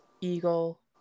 eagle